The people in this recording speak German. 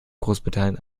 großbritannien